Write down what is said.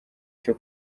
cyo